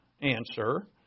answer